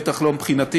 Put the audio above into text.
בטח לא מבחינתי,